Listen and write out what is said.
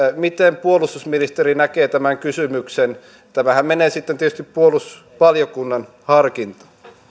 miten puolustusministeri näkee tämän kysymyksen tämähän menee sitten tietysti puolustusvaliokunnan harkintaan